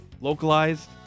Localized